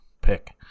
pick